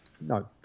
no